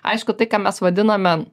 aišku tai ką mes vadiname